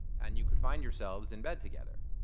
and you could find yourselves in bed together.